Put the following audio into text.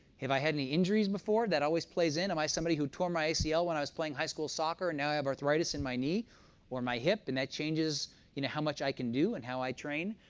if i had any injuries before, that always plays in. am i somebody who tore my acl when i was playing high school soccer, and now i have arthritis in my knee or my hip, and that changes you know how much i can do and how i train.